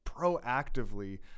proactively